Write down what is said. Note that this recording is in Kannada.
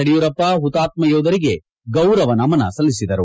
ಯಡಿಯೂರಪ್ಪ ಅವರು ಹುತಾತ್ಮ ಯೋಧರಿಗೆ ಗೌರವ ನಮನ ಸಲ್ಲಿಸಿದರು